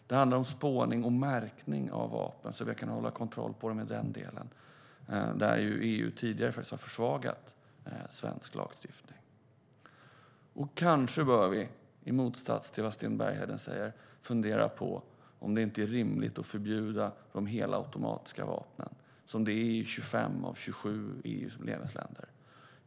Det handlar om spårning och märkning av vapen, som gör att vi kan hålla kontroll på dem. Där har EU tidigare försvagat svensk lagstiftning. Kanske bör vi också, i motsats till vad Sten Bergheden säger, fundera på om det inte är rimligt att förbjuda de helautomatiska vapnen, vilket man gjort i 25 av EU:s medlemsländer.